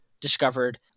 discovered